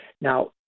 Now